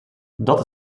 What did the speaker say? dat